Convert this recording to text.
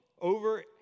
over